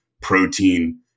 protein